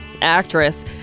actress